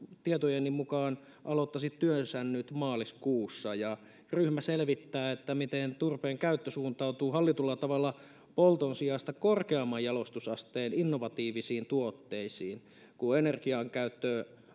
tietojeni mukaan aloittaisi työnsä nyt maaliskuussa ja ryhmä selvittää miten turpeenkäyttö suuntautuu hallitulla tavalla polton sijasta korkeamman jalostusasteen innovatiivisiin tuotteisiin kun energiakäytön